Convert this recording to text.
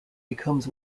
becomes